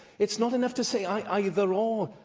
it's not enough to say either or.